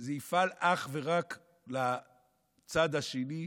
זה יפעל אך ורק לצד השני,